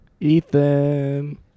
Ethan